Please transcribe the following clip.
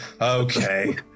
okay